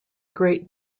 great